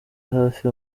hafi